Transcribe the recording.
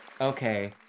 okay